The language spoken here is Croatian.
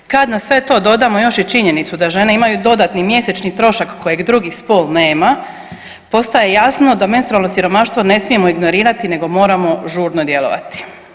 Kad na sve to dodamo još i činjenicu da žene imaju dodatni mjesečni trošak kojeg drugi spol nema postaje jasno da menstrualno siromaštvo ne smijemo ignorirati nego moramo žurno djelovati.